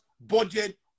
budget